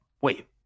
Wait